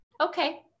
okay